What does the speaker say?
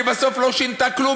כבסוף היא לא שינתה כלום,